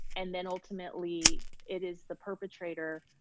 and then ultimately it is the perpetrator,